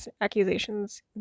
accusations